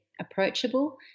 approachable